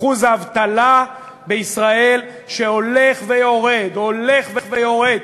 אחוז האבטלה בישראל שהולך ויורד, הולך ויורד.